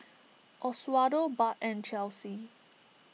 Oswaldo Bart and Chelsey